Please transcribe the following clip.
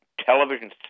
television